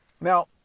Now